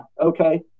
okay